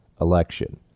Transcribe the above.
election